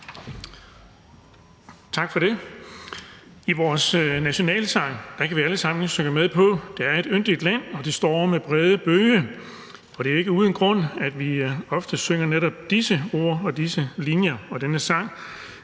Tak for det. I vores nationalsang kan vi alle sammen synge med på: »Der er et yndigt land,/det står med brede bøge«. Og det er ikke uden grund, at vi ofte synger netop disse ord og disse linjer og denne sang,